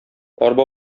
арба